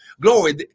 Glory